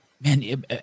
man